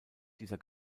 dieser